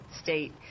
state